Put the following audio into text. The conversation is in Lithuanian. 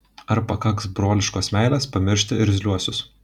ar pakaks broliškos meilės pamiršti irzliuosius